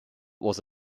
was